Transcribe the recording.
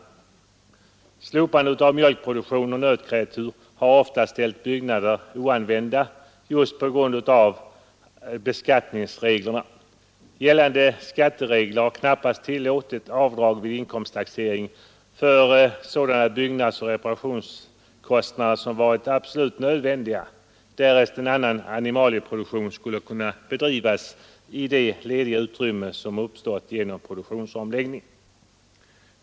Slopandet av mjölkproduktion och nötkreatur har oftast ställt byggnader oanvända just på grund av beskattningsreglerna. Gällande skatteregler har knappast tillåtit avdrag vid inkomsttaxeringen för sådana byggnadsoch reparationskostnader som varit absolut nödvändiga, därest en annan animalieproduktion skulle kunna bedrivas i de lediga utrymmen som uppstått genom produktionsomläggningen.